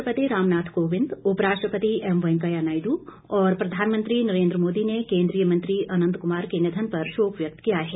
राष्ट्रपति रामनाथ कोविंद उपराष्ट्रपति एम वेंकैया नायडू और प्रधानमंत्री नरेन्द्र मोदी ने केन्द्रीय मंत्री अनंत कुमार के निधन पर शोक व्यक्त किया है